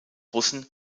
russen